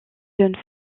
jeunes